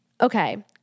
Okay